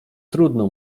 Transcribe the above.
trudno